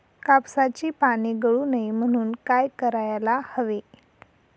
कापसाची पाने गळू नये म्हणून काय करायला हवे?